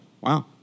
wow